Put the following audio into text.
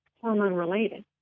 hormone-related